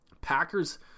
Packers